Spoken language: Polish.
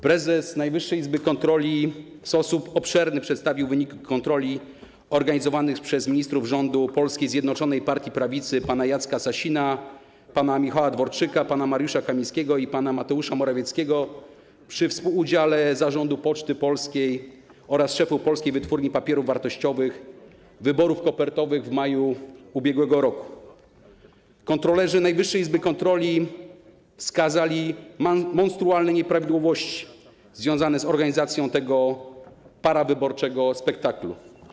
Prezes Najwyższej Izby Kontroli w sposób obszerny przedstawił wyniki kontroli organizowanych przez ministrów rządu polskiej zjednoczonej partii prawicy: pana Jacka Sasina, pana Michała Dworczyka, pana Mariusza Kamińskiego i pana Mateusza Morawieckiego, przy współudziale zarządu Poczty Polskiej oraz szefów Polskiej Wytwórni Papierów Wartościowych, dotyczących wyborów kopertowych w maju ub.r. Kontrolerzy Najwyższej Izby Kontroli wskazali monstrualne nieprawidłowości związane z organizacją tego parawyborczego spektaklu.